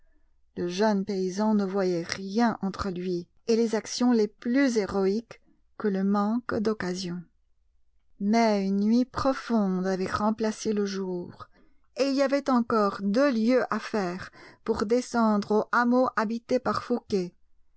le jeune paysan ne voyait rien entre lui et les actions les plus héroïques que le manque d'occasion mais une nuit profonde avait remplacé le jour et il y avait encore deux lieues à faire pour descendre au hameau habité par fouqué